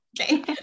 okay